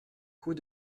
coup